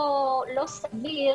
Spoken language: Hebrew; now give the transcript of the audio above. לא סביר